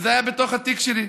וזה היה בתוך התיק שלי.